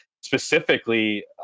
specifically